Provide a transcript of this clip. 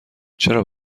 چرا